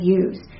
use